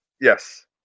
yes